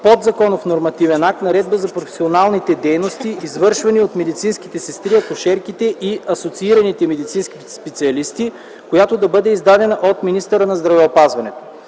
подзаконов нормативен акт - наредба за професионалните дейности, извършвани от медицинските сестри, акушерките и асоциираните медицински специалисти, която да бъде издадена от министъра на здравеопазването.